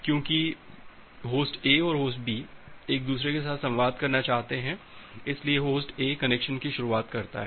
क्यूंकि host A और host B एक दूसरे के साथ संवाद करना चाहते हैं इसलिए होस्ट A कनेक्शन की शुरुआत करता है